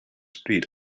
street